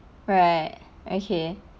right okay